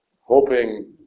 hoping